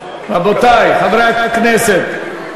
רבותי חברי הכנסת.